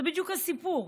זה בדיוק הסיפור.